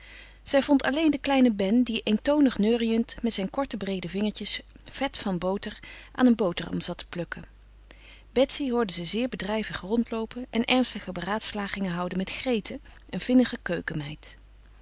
zij vond alleen den kleinen ben die eentonig neuriënd met zijn korte breede vingertjes vet van boter aan een boterham zat te plukken betsy hoorde ze zeer bedrijvig rondloopen en ernstige beraadslagingen houden met grete een vinnige keukenmeid